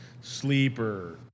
Sleeper